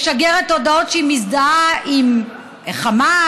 משגרת הודעות שהיא מזדהה עם חמאס,